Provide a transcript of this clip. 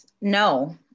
No